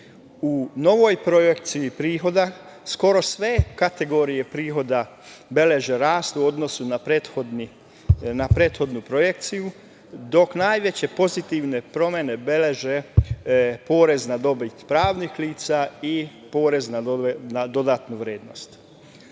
novoj projekciji prihoda, skoro sve kategorije prihoda beleže rast u odnosu na prethodnu projekciju, dok najveće pozitivne promene beleže porez na dobit pravnih lica i porez na dodatnu vrednost. Faktori